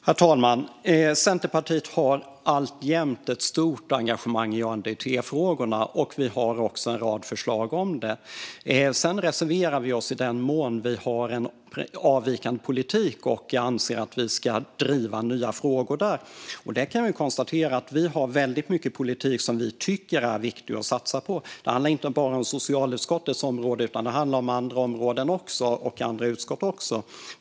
Herr talman! Centerpartiet har alltjämt ett stort engagemang i ANDT-frågorna, och vi har också en rad förslag där. Sedan reserverar vi oss i den mån vi har en avvikande politik, där jag anser att vi ska driva nya frågor. Vi kan konstatera att vi har mycket politik som vi tycker är viktig att satsa på. Det handlar inte bara om socialutskottets område utan också om andra områden och utskott.